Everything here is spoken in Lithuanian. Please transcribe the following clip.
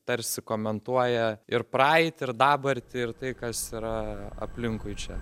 tarsi komentuoja ir praeitį ir dabartį ir tai kas yra aplinkui čia